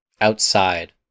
outside